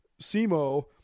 Simo